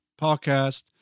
podcast